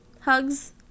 Hugs